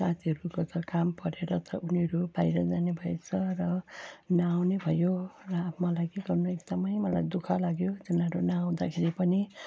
साथीहरूको त काम परेर त उनिहरू बाहिर जाने भएछ र नआउने भयो र अब मलाई के गर्नु एकदमै मलाई दुखः लाग्यो तिनीहरू नआउँदाखेरि पनि